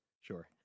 sure